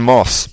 Moss